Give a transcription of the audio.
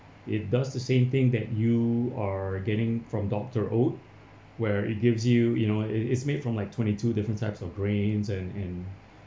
it does the same thing that you are getting from doctor oat where it gives you you know it is made from like twenty two different types of grains and and